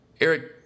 Eric